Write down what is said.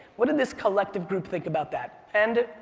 what did this collective group think about that? and,